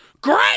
great